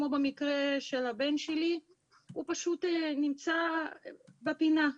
במקרה של הבן שלי הוא פשוט נמצא בפינה,